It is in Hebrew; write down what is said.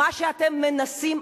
מה שאתם מנסים,